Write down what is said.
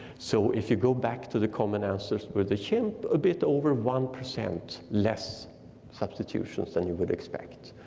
so if you go back to the common ancestor with the chimp, a bit over one percent less substitutions than you would expect.